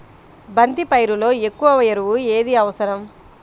బంతి పైరులో ఎక్కువ ఎరువు ఏది అవసరం?